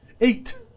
Eight